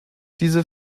diese